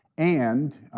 and